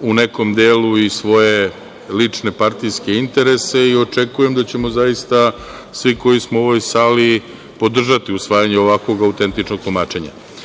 u nekom delu i svoje lične partijske interese i očekujem da ćemo zaista svi koji smo u ovoj sali podržati usvajanje ovakvog autentičnog tumačenja. Neću